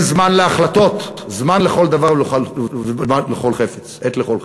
יש זמן להחלטות, זמן לכל דבר ועת לכל חפץ.